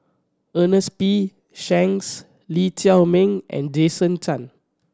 Ernest P Shanks Lee Chiaw Meng and Jason Chan